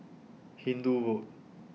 Hindoo Road